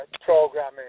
programming